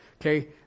Okay